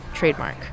trademark